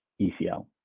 ECL